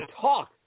talk